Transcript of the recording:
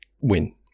win